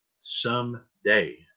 someday